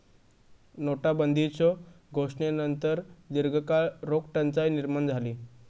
नोटाबंदीच्यो घोषणेनंतर दीर्घकाळ रोख टंचाई निर्माण झाली